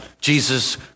Jesus